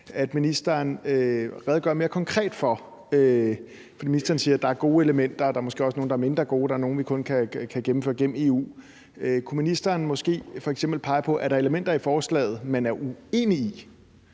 at ministeren redegør mere konkret for elementerne. For ministeren siger, at der er gode elementer, og der er måske også nogle, der er mindre gode, og der er nogle, vi kun kan gennemføre gennem EU. Kunne ministeren måske f.eks. pege på, om der er elementer i forslaget, man er uenig i?